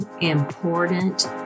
important